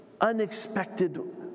unexpected